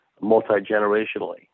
multi-generationally